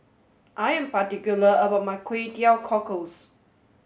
I am particular about my Kway Teow Cockles